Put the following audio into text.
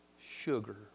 sugar